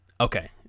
Okay